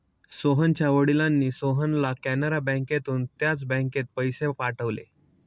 सोहनच्या वडिलांनी सोहनला कॅनरा बँकेतून त्याच बँकेत पैसे पाठवले